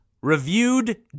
Reviewed